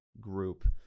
group